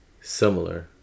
similar